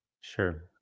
Sure